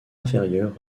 inférieur